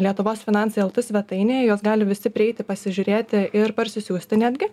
lietuvos finansai lt svetainėje juos gali visi prieiti pasižiūrėti ir parsisiųsti netgi